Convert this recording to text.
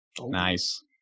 Nice